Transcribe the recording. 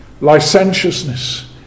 licentiousness